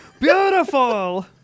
Beautiful